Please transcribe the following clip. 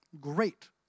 Great